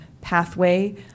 pathway